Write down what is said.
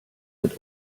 mit